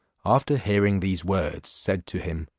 after hearing these words, said to him,